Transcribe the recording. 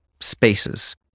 spaces